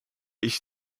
ich